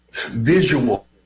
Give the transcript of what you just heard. visual